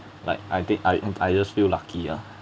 like I did I I just feel lucky lah